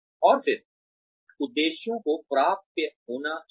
और फिर उद्देश्यों को प्राप्य होना चाहिए